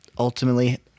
ultimately